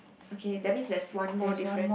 okay that means there's one more difference